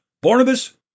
Barnabas